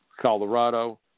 Colorado